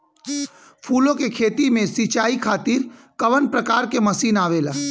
फूलो के खेती में सीचाई खातीर कवन प्रकार के मशीन आवेला?